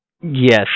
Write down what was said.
Yes